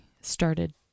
started